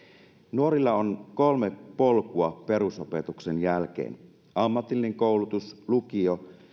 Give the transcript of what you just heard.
nuorilla on kolme polkua perusopetuksen jälkeen ammatillinen koulutus lukio